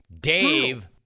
Dave